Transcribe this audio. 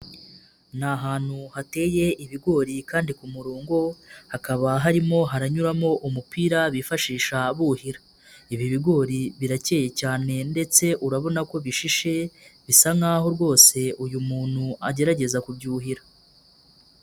Ni ahantu hateye ibigori kandi ku murongo hakaba harimo haranyuramo umupira bifashisha buhira, ibi bigori birakeye cyane ndetse urabona ko bishishe, bisa nk'aho rwose uyu muntu agerageza kubyuhira.